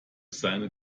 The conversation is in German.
seine